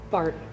Bart